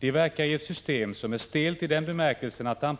De verkar i ett system som är stelt i den bemärkelsen att förmågan